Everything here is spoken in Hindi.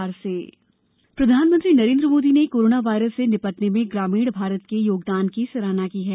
प्रधानमंत्री ग्राम पंचायत प्रधानमंत्री नरेन्द्र मोदी ने कोरोना वायरस से निपटने में ग्रामीण भारत के योगदान की सराहना की है